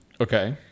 Okay